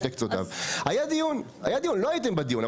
היה דיון, לא הייתם בדיון.